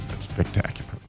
spectacular